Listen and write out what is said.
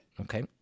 Okay